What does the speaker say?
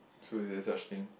so is there such thing